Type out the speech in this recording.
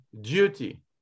duty